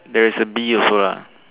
there is a bee also lah